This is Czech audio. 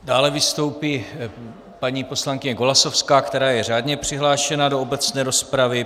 Dále vystoupí paní poslankyně Golasowská, která je řádně přihlášena do obecné rozpravy.